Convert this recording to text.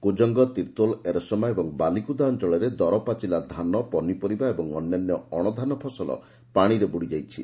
କୁଜଙ୍ଗ ତିର୍ଭୋଲ୍ ଏରସମା ଓ ବାଲିକୁଦା ଅଞ୍ଅଳରେ ଦରପାଚିଲା ଧାନ ପନିପରିବା ଏବଂ ଅନ୍ୟାନ୍ୟ ଅଣଧାନ ଫସଲ ପାଶିରେ ବୃଡ଼ିଯାଇଛି